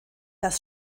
das